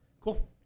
Cool